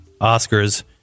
Oscars